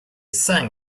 sang